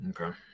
Okay